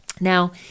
Now